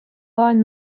line